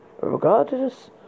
regardless